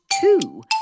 two